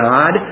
God